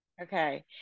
okay